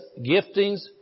giftings